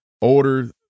order